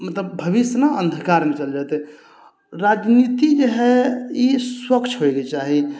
मतलब भविष्य ने अन्धकारमे चलि जइतै राजनीति जे हय ई स्वच्छ होइके चाही